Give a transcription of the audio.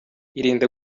irinde